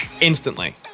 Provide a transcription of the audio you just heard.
Instantly